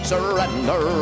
Surrender